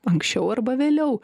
anksčiau arba vėliau